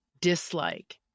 dislike